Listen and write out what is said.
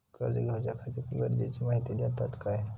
कर्ज घेऊच्याखाती गरजेची माहिती दितात काय?